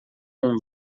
com